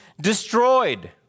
destroyed